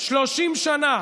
30 שנה,